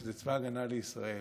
שזה צבא ההגנה לישראל.